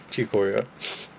去 Korea